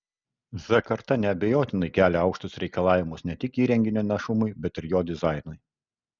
z karta neabejotinai kelia aukštus reikalavimus ne tik įrenginio našumui bet ir jo dizainui